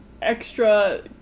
Extra